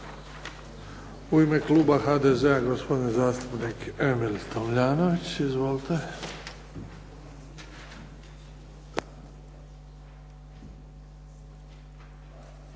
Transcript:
U ime kluba HDZ-a gospodin zastupnik Emil Tomljanović. Izvolite.